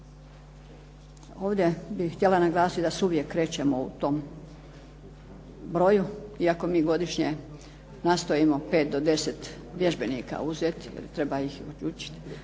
Ovdje bih htjela naglasiti da se uvijek krećemo u tom broju iako mi godišnje nastojimo 5 do 10 vježbenika uzeti, treba ih obučiti.